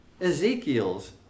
Ezekiel's